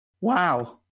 Wow